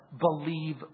believe